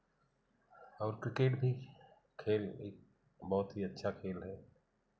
और क्रिकेट भी खेल बहुत ही अच्छा खेल है